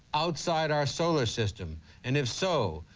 outside our solar system and if so,